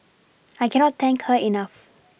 I cannot thank her enough